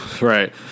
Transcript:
right